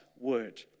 word